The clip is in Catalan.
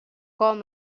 com